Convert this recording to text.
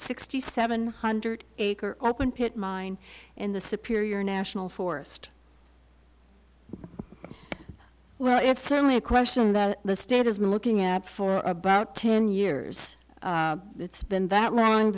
sixty seven hundred acre open pit mine in the superior national forest well it's certainly a question that the state has been looking at for about ten years it's been that long